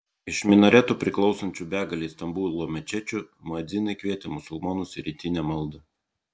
iš minaretų priklausančių begalei stambulo mečečių muedzinai kvietė musulmonus į rytinę maldą